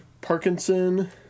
Parkinson